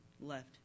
left